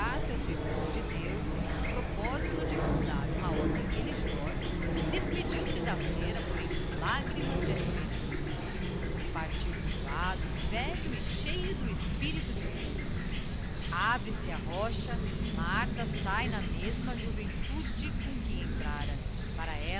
ao serviço de deus e no propósito de fundar uma ordem religiosa despediu-se da freira por entre lagrimas de arrependimento partiu curvado velho e cheio do espirito divino abre-se a rocha martha sáe na mesma juventude com que entrara para